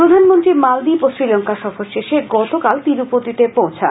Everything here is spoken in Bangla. প্রধানমন্ত্রী মালদ্বীপ ও শ্রীলংকা সফর শেষে গতকাল তিরুপতি পৌঁছান